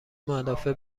ملافه